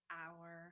hour